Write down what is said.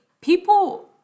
people